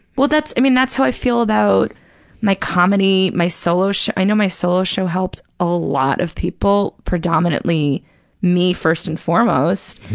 well, that's, i mean, that's how i feel about my comedy, my solo sh, i know my solo show helped a lot of people, predominantly me, first and foremost.